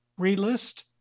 relist